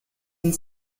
une